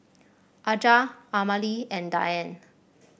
Aja Amalie and Dianne